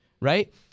Right